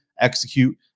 execute